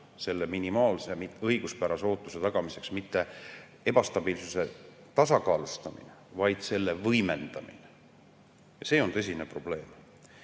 mitte minimaalsegi õiguspärase ootuse tagamine ja ebastabiilsuse tasakaalustamine, vaid selle võimendamine. See on tõsine probleem. Eraldi